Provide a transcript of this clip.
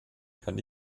kann